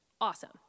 Awesome